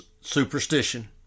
superstition